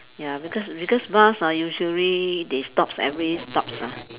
ya because because bus ah usually they stops every stops ah